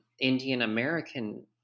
Indian-American